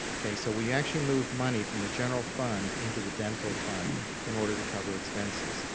okay, so we actually move money from the general fund into the dental fund in order to cover expenses.